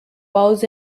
bows